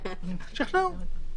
שכנעו.